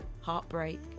heartbreak